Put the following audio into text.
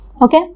Okay